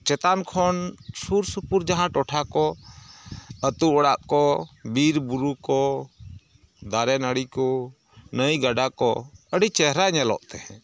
ᱪᱮᱛᱟᱱ ᱠᱷᱚᱱ ᱥᱩᱨᱥᱩᱯᱩᱨ ᱡᱟᱦᱟᱸ ᱴᱚᱴᱷᱟ ᱠᱷᱚᱱ ᱟᱛᱩ ᱚᱲᱟᱜ ᱠᱚ ᱵᱤᱨᱵᱩᱨᱩ ᱠᱚ ᱫᱟᱨᱮ ᱱᱟᱹᱲᱤ ᱠᱚ ᱱᱟᱹᱭ ᱜᱟᱰᱟ ᱠᱚ ᱟᱹᱰᱤ ᱪᱮᱨᱦᱟ ᱧᱮᱞᱚᱜ ᱛᱮ